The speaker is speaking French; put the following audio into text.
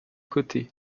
cotées